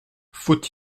faut